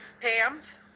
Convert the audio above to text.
Pam's